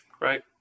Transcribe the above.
right